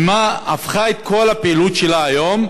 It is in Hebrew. ולמה היא הפכה את כל הפעילות שלה היום?